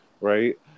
Right